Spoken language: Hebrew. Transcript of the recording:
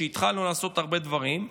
שבו התחלנו לעשות הרבה דברים,